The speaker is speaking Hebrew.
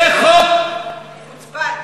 זה חוק, חוצפן.